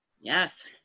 yes